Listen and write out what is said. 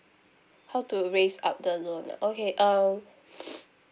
how to raise up the loan ah okay um